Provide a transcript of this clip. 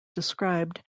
described